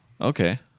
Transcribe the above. okay